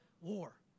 war